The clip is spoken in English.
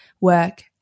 work